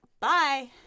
bye